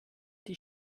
die